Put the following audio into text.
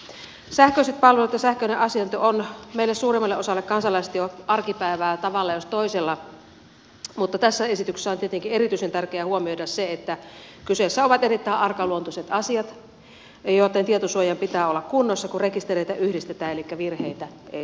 sähköiset palvelut ja sähköinen asiointi ovat suurimmalle osalle meistä kansalaisista jo arkipäivää tavalla jos toisella mutta tässä esityksessä on tietenkin erityisen tärkeää huomioida se että kyseessä ovat erittäin arkaluontoiset asiat joitten tietosuojan pitää olla kunnossa kun rekistereitä yhdistetään elikkä virheitä ei saa tulla